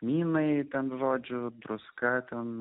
kmynai ten žodžiu druska ten